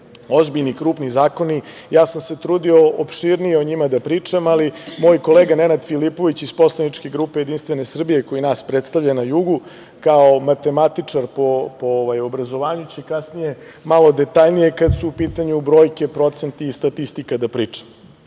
ozbiljni i krupni zakoni. Ja sam se trudio opširnije o njima da pričam, ali moj kolega Nenada Filipović iz poslaničke grupe JS koji nas predstavlja na jugu, kao matematičar po obrazovanju će kasnije malo detaljnije kad su u pitanju brojke, procenti i statistika da priča. Još